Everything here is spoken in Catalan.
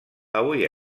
avui